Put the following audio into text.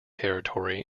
territory